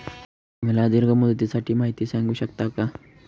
मला दीर्घ मुदतीसाठी माहिती सांगू शकता का?